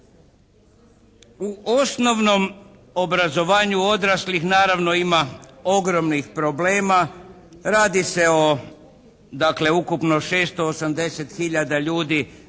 U osnovnom obrazovanju odraslih naravno ima ogromnih problema, radi se o dakle ukupno 680 hiljada